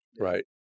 Right